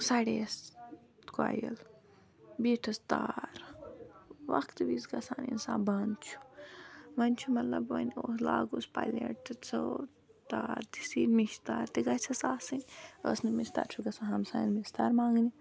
سَڑییَس کۄیِل بیٹھٕس تار وقتہٕ وِزِ گَژھان انسان بند چھُ وۄنۍ چھُ مطلب وۄنۍ اوس لاگہٕ ووس پَلیٹہٕ تہٕ تار تہِ مِسۍ تار تہِ گژھٮ۪س آسٕنۍ أس نہٕ مِسۍ تار چھُ گَژھُن ہمساین مِسۍ تار مَنگنہِ